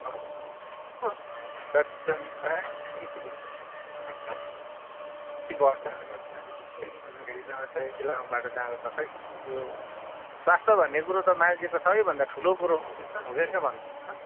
त्यसले गर्दाखेरि त अन्त यति लामो बाटो जाँदा त खै के हो के हो स्वास्थ्य भन्ने कुरो त मान्छेको सबैभन्दा ठुलो कुरो